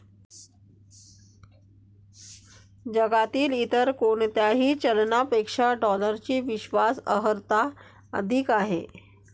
जगातील इतर कोणत्याही चलनापेक्षा डॉलरची विश्वास अर्हता अधिक आहे